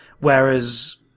Whereas